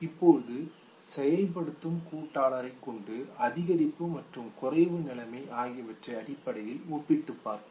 இப்போது செயல்படுத்தும் கூட்டாளரைப் கொண்டு அதிகரிப்பு மற்றும் குறைவு நிலைமை ஆகியவற்றின் அடிப்படையில் ஒப்பிட்டு பார்ப்போம்